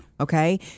Okay